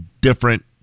different